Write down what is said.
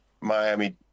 Miami